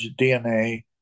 DNA